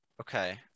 Okay